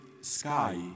sky